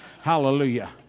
Hallelujah